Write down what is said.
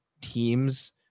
teams